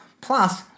Plus